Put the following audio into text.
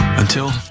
until